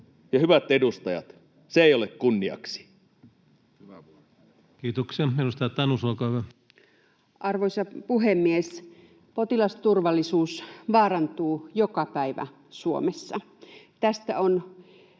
Hyvät edustajat, se ei ole kunniaksi. Kiitoksia. — Edustaja Tanus, olkaa hyvä. Arvoisa puhemies! Potilasturvallisuus vaarantuu joka päivä Suomessa. Tästä on